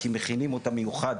כי מכינים אותה מיוחד,